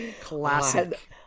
Classic